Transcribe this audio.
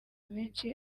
menshi